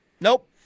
Nope